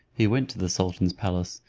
he went to the sultan's palace,